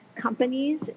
companies